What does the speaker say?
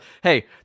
hey